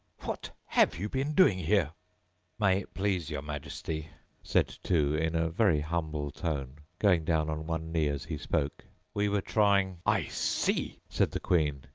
what have you been doing here may it please your majesty said two, in a very humble tone, going down on one knee as he spoke, we were trying i see said the queen,